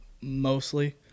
mostly